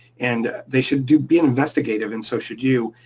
and they should do be an investigative and so should you.